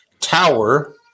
Tower